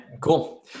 Cool